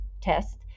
test